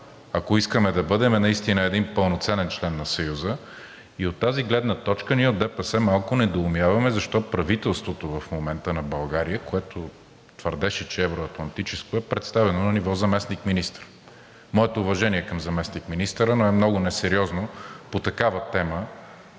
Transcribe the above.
ако искаме да бъдем наистина един пълноценен член на Съюза. И от тази гледна точка ние от ДПС малко недоумяваме защо правителството в момента на България, което твърдеше, че е евро-атлантическо, е представено на ниво заместник-министър? Моето уважение към заместник-министъра, но е много несериозно по такава тема